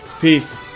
Peace